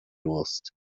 durst